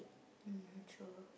mm true